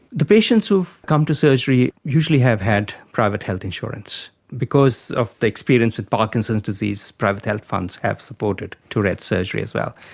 the patients who have come to surgery usually have had private health insurance. because of the experience with parkinson's disease, private health funds have supported tourette's surgery as well.